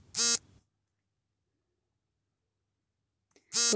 ಕೋಳಿ ಸಾಕಾಣಿಕೆಯಿಂದ ಆಗುವ ಉಪಯೋಗಗಳೇನು?